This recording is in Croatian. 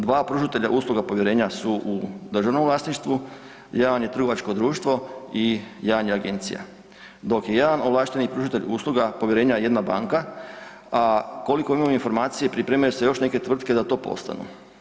Dva pružatelja usluga povjerenja su u državnom vlasništvu, jedan je trgovačko društvo i jedan je agencija, dok je jedan ovlašteni pružatelj usluga povjerenja jedna banka, a koliko imam informacije pripremaju se još neke tvrtke da to postanu.